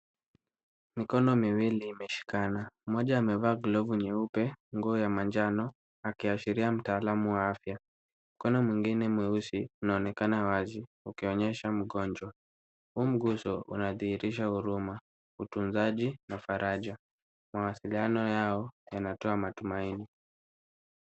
Mikono miwili imeshikana. Mmoja amevaa glovu nyeupe, nguo ya manjano akiashiria mtaalamu wa afya. Mkono mwingine mweusi unaonekana wazi ukionyesha mgonjwa. Huu mguso unadhihirisha huruma, utunzaji na faraja. Mawasiliano yao yanatoa matumaini.